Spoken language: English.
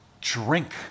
drink